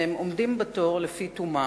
והם עומדים בתור לפי תומם,